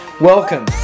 Welcome